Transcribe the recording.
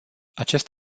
acest